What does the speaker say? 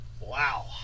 Wow